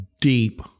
deep